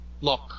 look